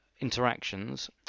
interactions